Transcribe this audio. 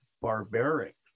barbaric